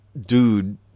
dude